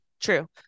true